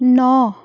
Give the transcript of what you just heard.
ন